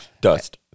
Dust